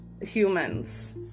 humans